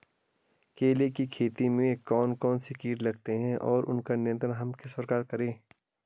केले की खेती में कौन कौन से कीट लगते हैं और उसका नियंत्रण हम किस प्रकार करें?